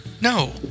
No